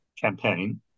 campaign